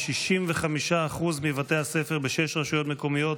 ב-65% מבתי הספר בשש רשויות מקומיות